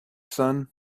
sun